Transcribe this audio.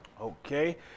Okay